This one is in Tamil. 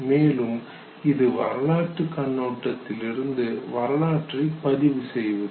மேலும் இது வரலாற்றுக் கண்ணோட்டத்தில் இருந்து வரலாற்றை பதிவு செய்வது